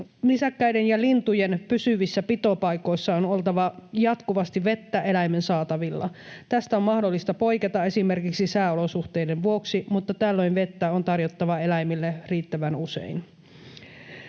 Nisäkkäiden ja lintujen pysyvissä pitopaikoissa on oltava jatkuvasti vettä eläimen saatavilla. Tästä on mahdollista poiketa esimerkiksi sääolosuhteiden vuoksi, mutta tällöin vettä on tarjottava eläimille riittävän usein.